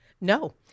no